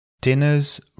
Dinner's